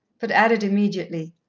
but added immediately,